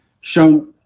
shown